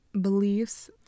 beliefs